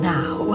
now